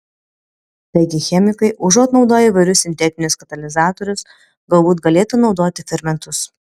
taigi chemikai užuot naudoję įvairius sintetinius katalizatorius galbūt galėtų naudoti fermentus